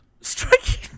Striking